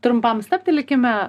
trumpam stabtelėkime